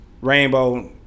Rainbow